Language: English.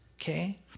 Okay